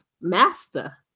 master